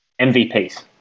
MVPs